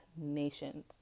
nations